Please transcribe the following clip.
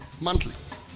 monthly